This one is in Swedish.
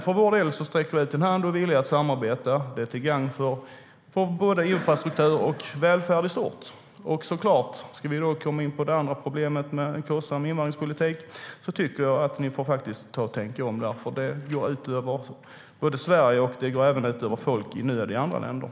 För vår del sträcker vi ut en hand och är villiga att samarbeta. Det är till gagn både för infrastrukturen och för välfärden i stort.